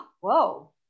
whoa